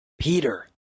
Peter